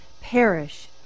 perish